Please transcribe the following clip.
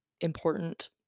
important